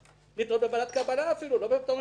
אפילו ועדת קבלה.